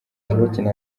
bakina